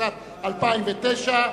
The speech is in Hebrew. התשס"ט 2009,